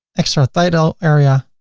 extra title area